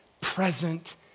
present